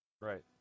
Right